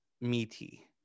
Meaty